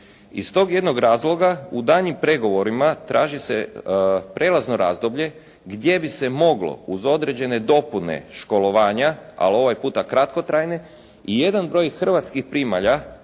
Iz tog jednog razloga u daljnjim pregovorima traži se prijelazno razdoblje gdje bi se moglo uz određene dopune školovanja ali ovaj puta kratkotrajne i jedan broj hrvatskih primalja